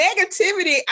negativity